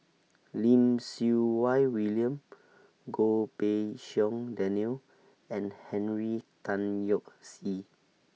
Lim Siew Wai William Goh Pei Siong Daniel and Henry Tan Yoke See